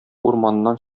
урманнан